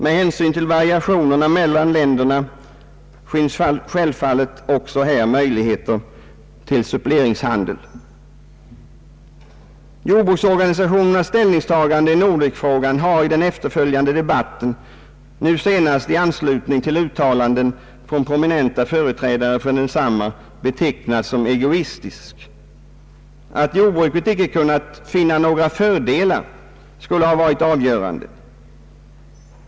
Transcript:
Med hänsyn till variationerna mellan länderna finns självfallet också möjligheter till suppleringshandel. Jordbruksorganisationernas ställningstagande i Nordekfrågan har i den efterföljande debatten, nu senast i anslutning till uttalanden från prominenta företrädare för densamma, betecknats såsom egoistiskt. Att jordbruket inte har kunnat finna några fördelar skulle ha varit avgörande.